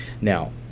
now